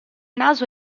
naso